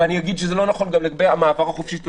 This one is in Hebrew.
ואני אגיד שזה לא נכון גם לגבי המעבר החופשי של